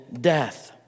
death